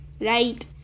right